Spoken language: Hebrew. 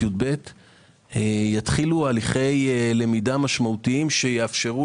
י"ב יתחילו הליכי למידה משמעותיים שיאפשרו